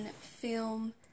film